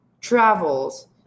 travels